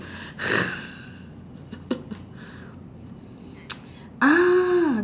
ah